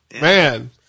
Man